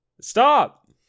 Stop